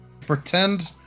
Pretend